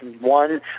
one